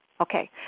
Okay